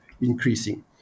increasing